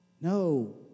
No